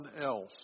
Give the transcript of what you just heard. else